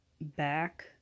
back